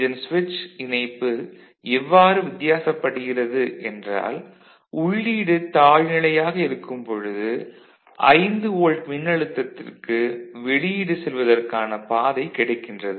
இதன் சுவிட்ச் இணைப்பு எவ்வாறு வித்தியாசப்படுகின்றது என்றால் உள்ளீடு தாழ்நிலையாக இருக்கும்போது 5 வோல்ட் மின்னழுத்தத்திற்கு வெளியீடு செல்வதற்கான பாதை கிடைக்கின்றது